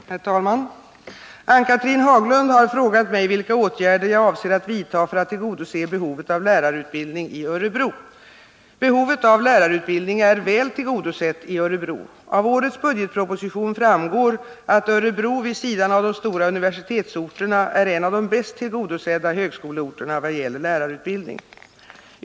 Herr talman! Ann-Cathrine Haglund har frågat mig vilka åtgärder jag avser att vidta för att tillgodose behovet av lärarutbildning i Örebro. Behovet av lärarutbildning är väl tillgodosett i Örebro. Av årets budgetproposition framgår att Örebro vid sidan av de stora universitetsorterna är en av de bäst tillgodosedda högskoleorterna vad gäller lärarutbildning.